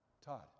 Todd